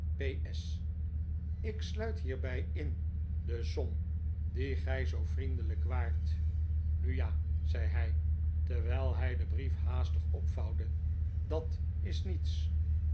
s ik sluit hierbij in de som die gij zoo vriendelijk waart nu ja zei hij terwijl hij den brief haastig opvouwde dat is niets